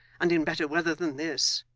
and in better weather than this.